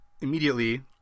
immediately